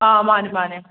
ꯑꯥ ꯃꯥꯅꯦ ꯃꯥꯅꯦ